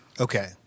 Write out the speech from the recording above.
Okay